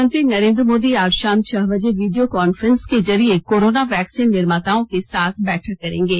प्रधानमंत्री नरेन्द्र मोदी आज शाम छह बजे वीडियों कांफ्रेंस के जरिये कोरोना वैक्सीन निर्माताओं के साथ बैठक करेंगे